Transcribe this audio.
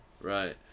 Right